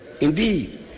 Indeed